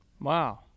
wow